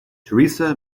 teresa